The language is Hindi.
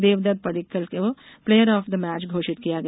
देवदत्त् पडिक्कंल को प्लेयर ऑफ द मैच घोषित किया गया